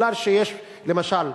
למשל,